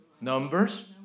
numbers